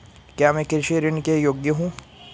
क्या मैं कृषि ऋण के योग्य हूँ?